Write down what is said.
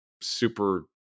super